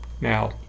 Now